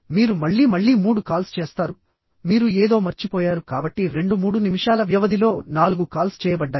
మీరు మళ్లీ మళ్లీ మూడు కాల్స్ చేస్తారు మీరు ఏదో మర్చిపోయారు కాబట్టి రెండు మూడు నిమిషాల వ్యవధిలో నాలుగు కాల్స్ చేయబడ్డాయి